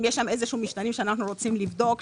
אם יש להם איזה שהם משתנים שאנחנו רוצים לבדוק,